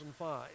2005